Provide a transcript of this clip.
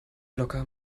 locker